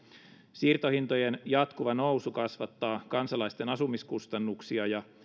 siirtohintojen jatkuva nousu kasvattaa kansalaisten asumiskustannuksia ja